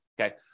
Okay